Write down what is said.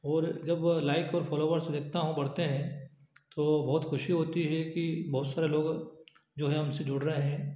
और जब लाइक और फॉलोवर्स देखता हूँ बढ़ते हैं तो बहुत खुशी होती है कि बहुत सारे लोग जो हैं हमसे जुड़ रहे हैं